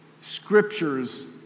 scriptures